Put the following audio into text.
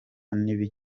n’ibi